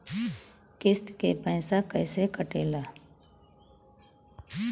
किस्त के पैसा कैसे कटेला?